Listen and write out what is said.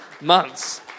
months